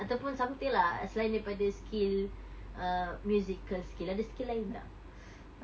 ataupun something lah selain daripada skill err musical skill ada skill lain tak